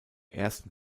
ersten